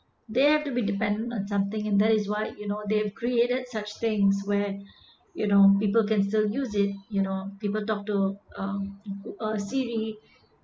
they have to be dependent on something and that is why you know they created such things where you know people can still use it you know people talk to um siri